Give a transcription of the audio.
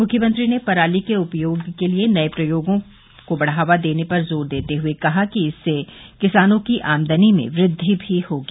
मुख्यमंत्री ने पराली के उपयोग के लिये नये प्रयोगों बढ़ावा देने पर जोर देते हुए कहा कि इससे किसानों की आमदनी में वृद्धि भी होगी